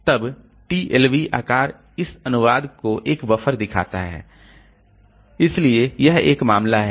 तब टीएलबी आकार इस अनुवाद को एक बफर दिखता है इसलिए यह एक मामला है